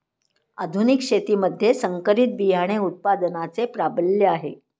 आधुनिक शेतीमध्ये संकरित बियाणे उत्पादनाचे प्राबल्य आहे